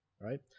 right